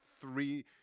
three